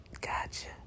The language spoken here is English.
gotcha